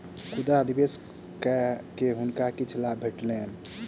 खुदरा निवेश कय के हुनका किछ लाभ भेटलैन